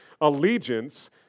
allegiance